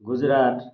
Gujarat